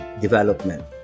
development